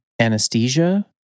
anesthesia